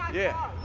yeah,